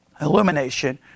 Illumination